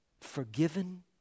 Forgiven